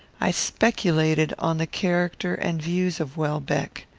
i speculated on the character and views of welbeck.